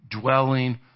dwelling